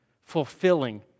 Fulfilling